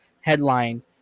headline